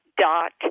dot